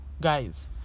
guys